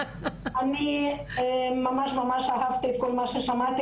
אני אשמח לדעת קודם כל איך אתם מתנהלים בימים האלה.